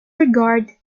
regard